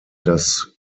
das